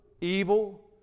evil